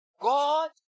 God